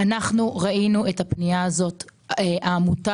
אנחנו ראינו את הפנייה הזאת של העמותה.